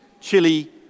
Chili